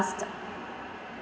passed